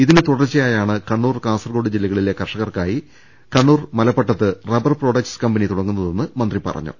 ഇതിന് തുടർച്ചയായാണ് കണ്ണൂർ കാസർകോട് ജില്ലകളിലെ കർഷകർക്കായി കണ്ണൂർ മല പ്പട്ടത്ത് റബ്ബർ പ്രൊഡക്റ്റ്സ് കമ്പനി തുടങ്ങുന്നതെന്നും മന്ത്രി പറഞ്ഞു